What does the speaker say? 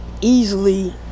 easily